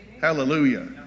Hallelujah